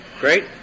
great